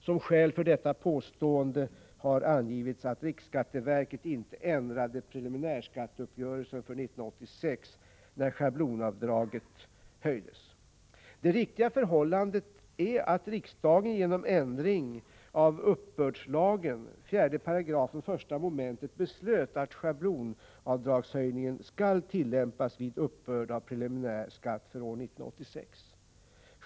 Som skäl för detta påstående har angivits att riksskatteverket inte ändrade preliminärskatteuppgörelsen för 1986, när schablonavdraget höjdes. Det riktiga förhållandet är att riksdagen genom ändring av uppbördslagen 4 §1 mom. beslöt att schablonavdragshöjningen skall tillämpas vid uppbörd av preliminär skatt för år 1986.